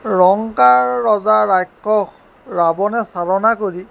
লংকাৰ ৰজা ৰাক্ষস ৰাৱণে চালনা কৰি